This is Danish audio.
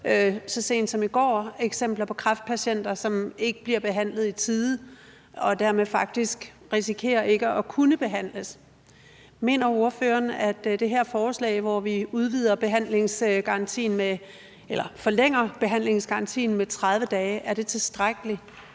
så sent som i går hørte vi om eksempler på kræftpatienter, som ikke bliver behandlet i tide, og som dermed faktisk risikerer ikke at kunne behandles. Mener ordføreren, at det her forslag, hvor vi forlænger behandlingsgarantien med 30 dage, er tilstrækkeligt